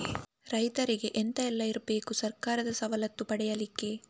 ರೈತರಿಗೆ ಎಂತ ಎಲ್ಲ ಇರ್ಬೇಕು ಸರ್ಕಾರದ ಸವಲತ್ತು ಪಡೆಯಲಿಕ್ಕೆ?